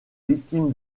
victimes